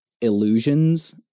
illusions